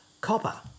copper